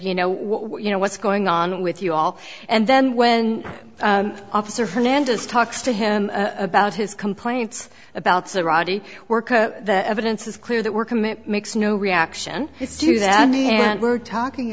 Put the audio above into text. you know what you know what's going on with you all and then when officer hernandez talks to him about his complaints about sorority worker that evidence is clear that we're commit makes no reaction to that and we're talking